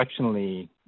directionally